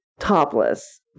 Topless